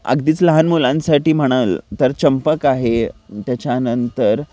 अगदीच लहान मुलांसाठी म्हणाल तर चंपक आहे त्याच्यानंतर